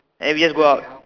and we just go out